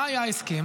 מה היה ההסכם?